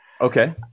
Okay